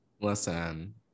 Listen